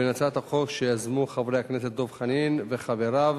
והצעת החוק שיזמו חברי הכנסת דב חנין וחבריו.